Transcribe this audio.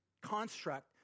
construct